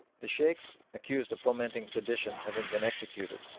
the sheikhs accused of fomenting sedition having been executed,